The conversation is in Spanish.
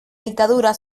dictadura